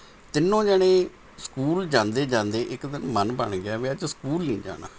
ਤਿੰਨੋ ਜਾਣੇ ਸਕੂਲ ਜਾਂਦੇ ਜਾਂਦੇ ਇੱਕ ਦਿਨ ਮਨ ਬਣ ਗਿਆ ਵੀ ਅੱਜ ਸਕੂਲ ਨਹੀਂ ਜਾਣਾ